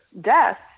death